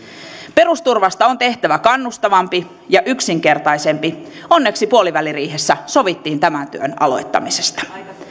perusturvasta on tehtävä kannustavampi ja yksinkertaisempi onneksi puoliväliriihessä sovittiin tämän työn aloittamisesta